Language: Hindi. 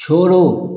छोड़ो